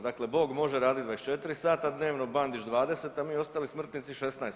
Dakle, bog može raditi 24 sata dnevno, Bandić 20, a mi ostali smrtnici 16.